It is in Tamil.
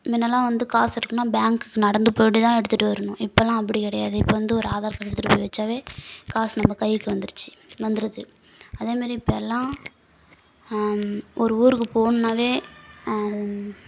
முன்னலாம் வந்து காசு எடுக்கணும்னா பேங்குக்கு நடந்து போயிட்டுதான் எடுத்துகிட்டு வரணும் இப்போல்லாம் அப்படி கிடையாது இப்போ வந்து ஒரு ஆதார் கார்டு எடுத்துட்டு போய் வெச்சாலே காசு நம்ப கைக்கு வந்துருச்சு வந்துடுது அதேமாதிரி இப்போல்லாம் ஒரு ஊருக்கு போணுனாலே